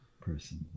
person